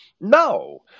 No